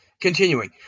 Continuing